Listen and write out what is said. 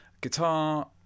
guitar